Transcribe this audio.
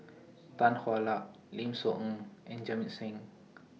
Tan Hwa Luck Lim Soo Ngee and Jamit Singh